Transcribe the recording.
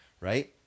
Right